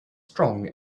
strong